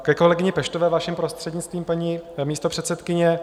Ke kolegyni Peštové, vaším prostřednictvím, paní místopředsedkyně.